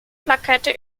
plakette